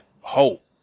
hope